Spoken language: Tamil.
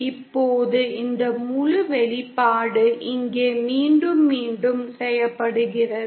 இப்போது இந்த முழு வெளிப்பாடு இங்கே மீண்டும் மீண்டும் செய்யப்படுகிறது